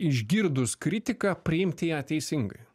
išgirdus kritiką priimti ją teisingai